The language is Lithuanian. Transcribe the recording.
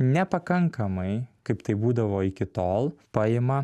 nepakankamai kaip tai būdavo iki tol paima